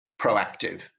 proactive